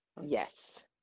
yes